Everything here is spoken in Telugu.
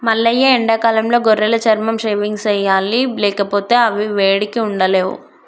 మల్లయ్య ఎండాకాలంలో గొర్రెల చర్మం షేవింగ్ సెయ్యాలి లేకపోతే అవి వేడికి ఉండలేవు